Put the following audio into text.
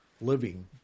living